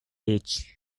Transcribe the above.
each